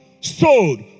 sold